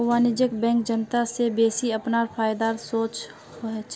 वाणिज्यिक बैंक जनता स बेसि अपनार फायदार सोच छेक